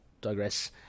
digress